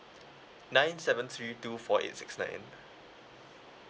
nine seven three two four eight six nine